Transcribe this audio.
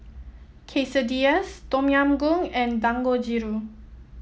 Quesadillas Tom Yam Goong and Dangojiru